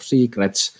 Secrets